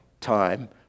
time